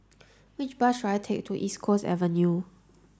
which bus should I take to East Coast Avenue